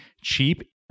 cheap